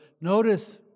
Notice